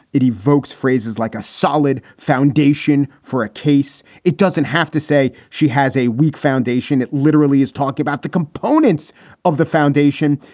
it evokes phrases like a solid foundation for a case. it doesn't have to say she has a weak foundation. it literally is talking about the components of the foundation.